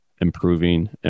improving